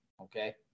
Okay